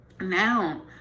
now